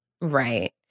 Right